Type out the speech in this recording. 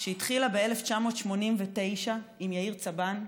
שהתחילה ב-1989 עם יאיר צבן,